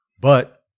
But-